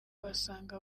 basanga